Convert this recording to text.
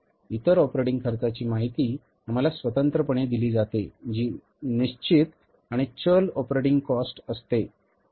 इतर ऑपरेटिंग खर्चांची माहिती आम्हाला स्वतंत्रपणे दिली जाते जी निश्चित आणि चल ऑपरेटिंग कॉस्ट असते